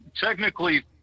technically